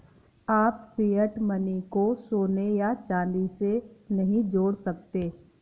आप fiat money को सोने या चांदी से नहीं जोड़ सकते